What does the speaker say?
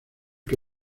que